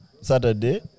Saturday